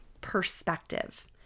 perspective